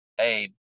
hey